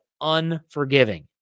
unforgiving